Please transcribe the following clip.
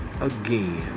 again